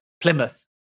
Plymouth